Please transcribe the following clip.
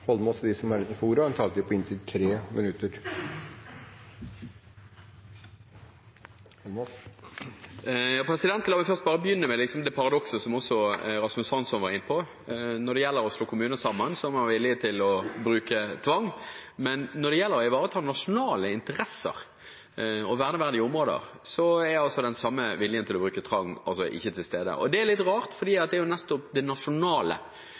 De talere som heretter får ordet, har en taletid på inntil 3 minutter. La meg bare begynne med paradokset – som også Rasmus Hansson var inne på – at når det gjelder å slå kommuner sammen var man villig til å bruke tvang, men når det gjelder å ivareta nasjonale interesser og verneverdige områder, er den samme viljen til å bruke tvang ikke til stede. Det er litt rart, for det er jo nettopp det nasjonale